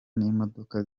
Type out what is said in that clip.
n’imodoka